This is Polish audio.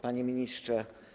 Panie Ministrze!